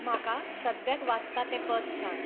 म्हाका सद्याक वाजता तें पद सांग